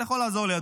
אתה יכול לעזור לי,